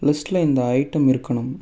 லிஸ்ட்டில் இந்த ஐட்டம் இருக்கணும்